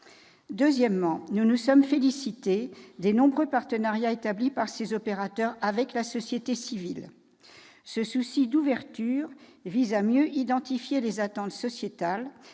Deuxièmement, nous nous sommes félicités des nombreux partenariats établis par ces opérateurs avec la société civile. Ce souci d'ouverture vise à mieux identifier les attentes sociétales,